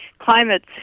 climates